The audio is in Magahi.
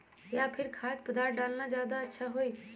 या फिर खाद्य पदार्थ डालना ज्यादा अच्छा होई?